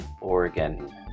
Oregon